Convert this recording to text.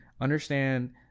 Understand